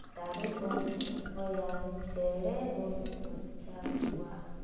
ᱫᱟᱨᱮ ᱵᱚᱱ ᱨᱚᱦᱚᱭᱟ ᱪᱮᱬᱮ ᱵᱚᱱ ᱵᱟᱧᱪᱟᱣ ᱠᱚᱣᱟ